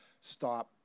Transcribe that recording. Stop